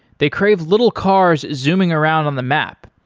they crave little cars zooming around on the map.